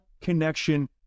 connection